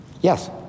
Yes